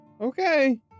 okay